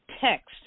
text